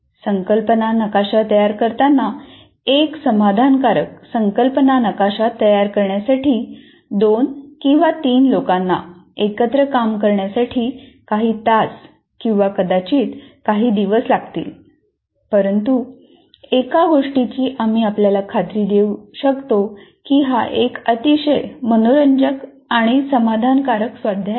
संकल्पना नकाशा तयार करताना एक समाधानकारक संकल्पना नकाशा तयार करण्यासाठी 2 किंवा 3 लोकांना एकत्र काम करण्यासाठी काही तास किंवा कदाचित काही दिवस लागतील परंतु एका गोष्टीची आम्ही आपल्याला खात्री देऊ शकतो की हा एक अतिशय मनोरंजक आणि समाधानकारक स्वाध्याय आहे